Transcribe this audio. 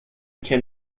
can